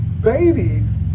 Babies